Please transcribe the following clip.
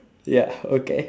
ya okay